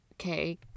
okay